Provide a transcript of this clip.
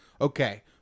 Okay